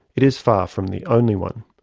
it is far from the only one.